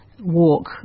walk